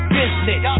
business